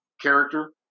character